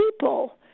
people